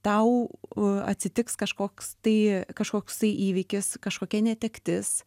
tau atsitiks kažkoks tai kažkoksai įvykis kažkokia netektis